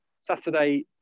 Saturday